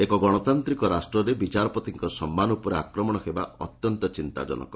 ଏକ ଗଣତାନ୍ତିକ ରାଷ୍ଟରେ ବିଚାରପତିଙ୍କ ସମ୍ମାନ ଉପରେ ଆକ୍ରମଣ ହେବା ଅତ୍ୟନ୍ତ ଚିନ୍ତାଜନକ